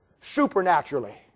supernaturally